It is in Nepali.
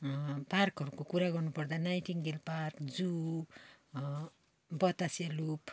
पार्कहरूको कुरा गर्नु पर्दा नाइटेङ्गल पार्क जू बतासे लुप